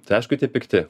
tai aišku tie pikti